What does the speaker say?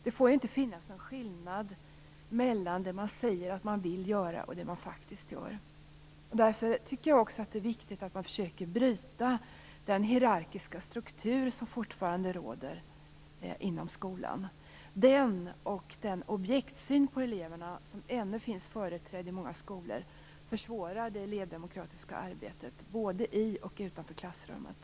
Det får inte finnas en skillnad mellan det man säger att man vill göra och det man faktiskt gör. Därför tycker jag också att det är viktigt att man försöker bryta den hierarkiska struktur som fortfarande råder inom skolan. Den och den objektssyn på eleverna som ännu finns företrädd i många skolor försvårar det elevdemokratiska arbetet, både i och utanför klassrummet.